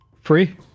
Free